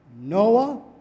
Noah